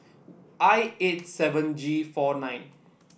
I eight seven G four nine